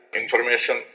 information